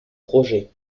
projet